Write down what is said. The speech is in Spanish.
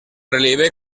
relieve